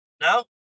No